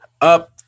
up